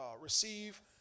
receive